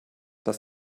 dass